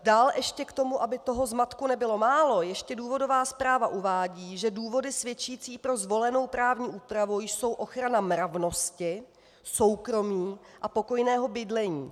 Dále ještě k tomu, aby toho zmatku nebylo málo, důvodová zpráva uvádí, že důvody svědčící pro zvolenou právní úpravu jsou ochrana mravnosti, soukromí a pokojného bydlení.